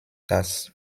das